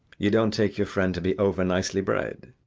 you don't take your friend to be over-nicely bred?